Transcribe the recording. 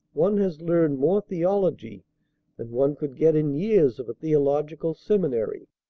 one has learned more theology than one could get in years of a theological seminary.